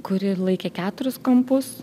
kuri laikė keturis kampus